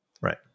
right